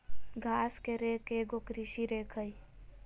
घास के रेक एगो कृषि रेक हइ